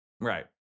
Right